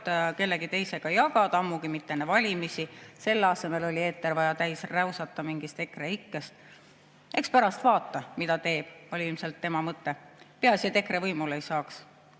kellegi teisega jagada, ammugi mitte enne valimisi. Selle asemel oli eeter vaja täis räusata mingist EKREIKE‑st. Eks pärast vaata, mida teeb, oli ilmselt tema mõte. Peaasi, et EKRE võimule ei